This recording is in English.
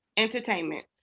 entertainment